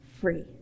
free